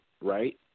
right